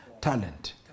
talent